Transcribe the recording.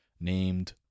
named